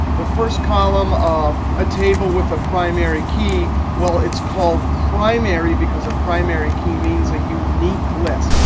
the first column of a table with a primary key well, it's called primary because a primary key means a unique list.